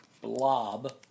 blob